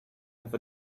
have